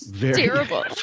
Terrible